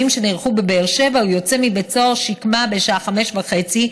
שנערכו בבאר שבע הוא יוצא מבית סוהר שקמה בשעה 05:30,